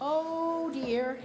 oh dear